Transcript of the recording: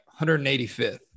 185th